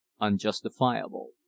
unjustifiable